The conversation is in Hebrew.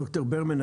ד"ר ברמן,